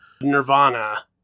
nirvana